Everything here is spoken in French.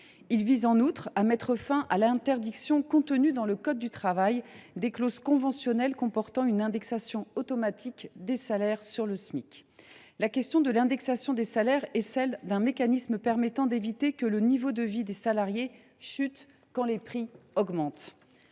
Il vise, en outre, à mettre fin à l’interdiction contenue dans le code du travail des clauses conventionnelles comportant une indexation automatique des salaires sur le Smic. L’indexation des salaires est un mécanisme permettant d’éviter que le niveau de vie des salariés chute quand les prix augmentent.